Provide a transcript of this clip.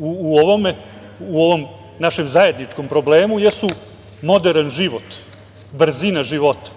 u ovom našem zajedničkom problemu jesu moderan život, brzina života.